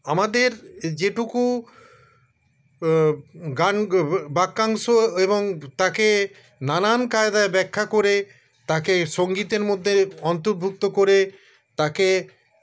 আমাদের যেটুকু গান বাক্যাংশ এবং তাকে নানান কায়দায় ব্যাখ্যা করে তাকে সঙ্গীতের মধ্যে অন্তর্ভুক্ত করে তাকে